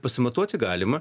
pasimatuoti galima